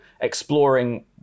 exploring